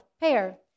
pair